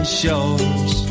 shores